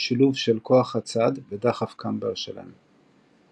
שילוב של כוח הצד ודחף קמבר שלהם .